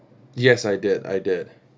yes I did I did